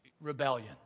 rebellion